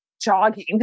jogging